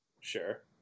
Sure